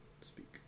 Speak